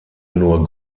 nur